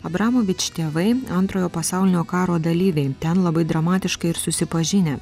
abramovič tėvai antrojo pasaulinio karo dalyviai ten labai dramatiškai ir susipažinę